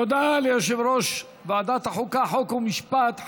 תודה ליושב-ראש ועדת החוקה, חוק ומשפט.